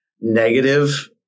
negative